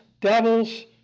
devils